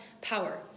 power